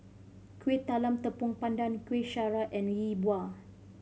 Kuih Talam Tepong Pandan Kueh Syara and Yi Bua